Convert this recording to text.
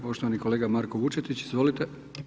Poštovani kolega Marko Vučetić, izvolite.